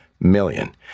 million